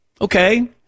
Okay